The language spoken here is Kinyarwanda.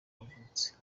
yavutse